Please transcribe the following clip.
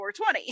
420